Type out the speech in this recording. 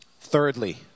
Thirdly